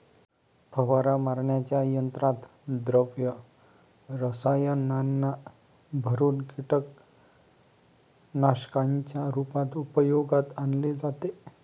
फवारा मारण्याच्या यंत्रात द्रव रसायनांना भरुन कीटकनाशकांच्या रूपात उपयोगात आणले जाते